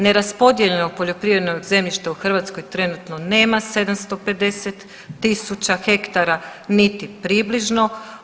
Neraspodijeljenog poljoprivrednog zemljišta u Hrvatskoj trenutno nema 750.000 hektara niti približno.